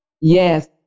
Yes